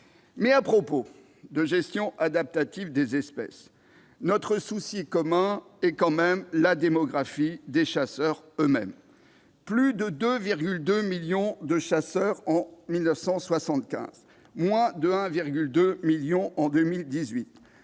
... À propos de gestion adaptative des espèces, notre souci commun est quand même la démographie des chasseurs eux-mêmes. Plus de 2,2 millions de chasseurs en 1975, moins de 1,2 million en 2018,